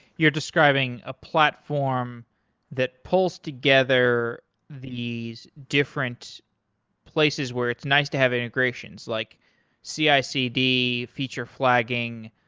you're describing a platform that pulls together these different places where it's nice to have integrations, like cicd, feature flagging.